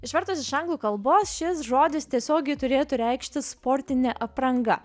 išvertus iš anglų kalbos šis žodis tiesiogiai turėtų reikšti sportinė apranga